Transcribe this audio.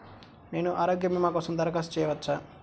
నేను ఆరోగ్య భీమా కోసం దరఖాస్తు చేయవచ్చా?